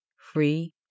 free